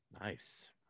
Nice